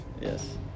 Yes